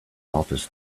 office